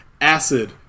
acid